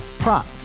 Prop